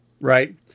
right